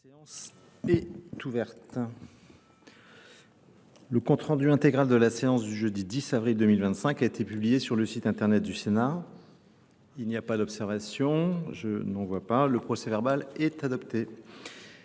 La séance est ouverte. Le compte rendu intégral de la séance du jeudi 10 avril 2025 a été publié sur le site internet du Sénat. Il n'y a pas d'observation. Je n'en vois pas. Le procès verbal est adopté.